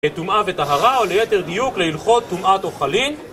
לטומאה וטהרה או ליתר דיוק להילכות טומאת אוכלים